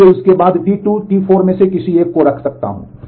इसलिए मैं उसके बाद टी 2 या टी 4 में से किसी एक को रख सकता हूं